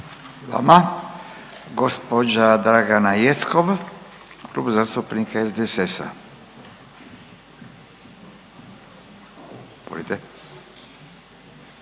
vama. Gđa. Dragana Jeckov, Klub zastupnika SDSS-a, izvolite.